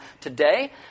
today